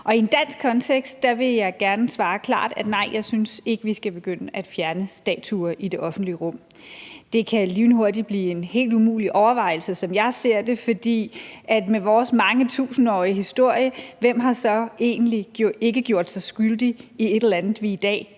I en dansk kontekst vil jeg gerne svare klart: Nej, jeg synes ikke, vi skal begynde at fjerne statuer i det offentlige rum. Det kan lynhurtigt blive en helt umulig overvejelse, som jeg ser det, for hvem har med vores mange tusindårige historie så egentlig ikke gjort sig skyldig i et eller andet, som vi i dag